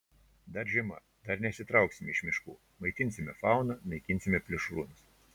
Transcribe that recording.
dar žiema dar nesitrauksime iš miškų maitinsime fauną naikinsime plėšrūnus